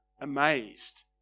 amazed